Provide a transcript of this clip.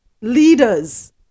leaders